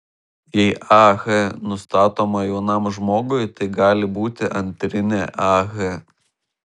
jei ah nustatoma jaunam žmogui tai gali būti antrinė ah